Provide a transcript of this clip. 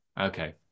okay